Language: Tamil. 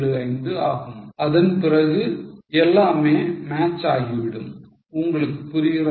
875 ஆகும் அதன் பிறகு எல்லாமே match ஆகிவிடும் உங்களுக்கு புரிகிறதா